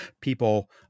people